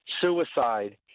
suicide